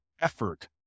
effort